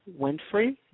Winfrey